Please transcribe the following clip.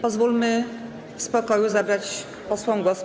Pozwólmy w spokoju zabrać posłom głos.